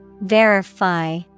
Verify